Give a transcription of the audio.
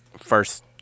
first